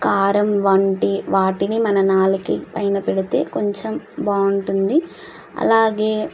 కారం వంటి వాటిని మనం నాళిక పైన పెడితే కొంచెం బాగుంటుంది అలాగే